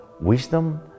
wisdom